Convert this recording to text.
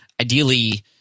ideally –